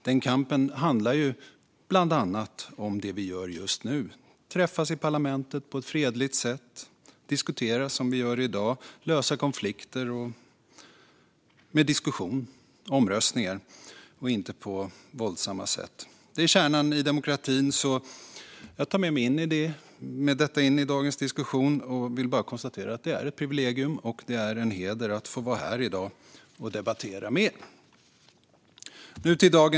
Den kampen handlar bland annat om det vi gör just nu när vi träffas i parlamentet på ett fredligt sätt, diskuterar som vi gör i dag och löser konflikter genom diskussioner och omröstningar och inte på våldsamma sätt. Det är kärnan i demokratin. Det tar jag med mig in i dagens diskussion. Jag vill bara konstatera att det är ett privilegium och en heder att få vara här i dag och debattera med er. Fru talman!